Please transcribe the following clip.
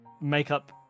makeup